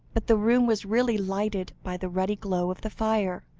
but the room was really lighted by the ruddy glow of the fire,